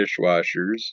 dishwashers